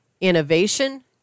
innovation